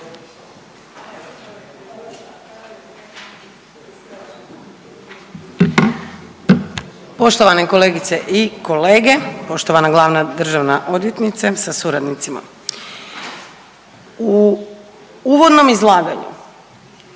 Poštovane kolegice i kolege, poštovana glavna državna odvjetnice sa suradnicima, u uvodnom izlaganju